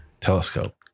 telescope